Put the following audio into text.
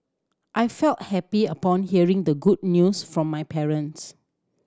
I felt happy upon hearing the good news from my parents